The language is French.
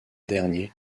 dernier